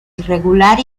irregular